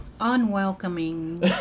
unwelcoming